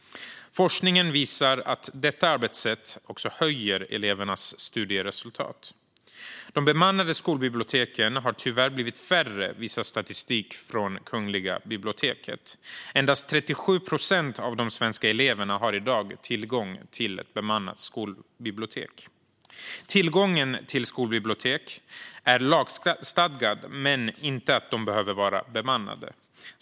Forskningen visar att detta arbetssätt också höjer elevernas studieresultat. De bemannade skolbiblioteken har tyvärr blivit färre, visar statistik från Kungliga biblioteket. Endast 37 procent av de svenska eleverna har i dag tillgång till ett bemannat skolbibliotek. Tillgången till skolbibliotek är lagstadgad men inte att de ska vara bemannade.